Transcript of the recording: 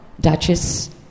Duchess